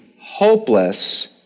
hopeless